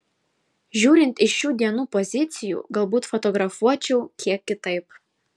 žiūrint iš šių dienų pozicijų galbūt fotografuočiau kiek kitaip